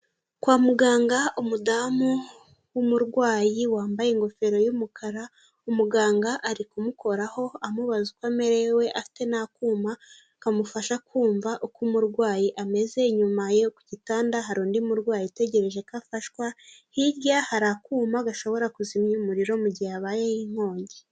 Kwa muganga umudamu w'umurwayi wambaye ingofero y'umukara, umuganga ari kumukoraho amubaza uko amerewe afite n'akuma kamufasha kumva uko umurwayi ameze, inyuma ye ku gitanda hari undi murwayi utegereje ko afashwa, hirya hari akuma gashobora kuzimya umuriro gihe habayeho inkongi.